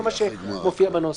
כל מה שמופיע בנוסח.